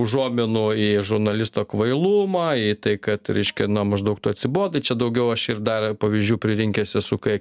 užuominų į žurnalisto kvailumą į tai kad reiškia na maždaug tu atsibodai čia daugiau aš ir dar pavyzdžių pririnkęs esu kai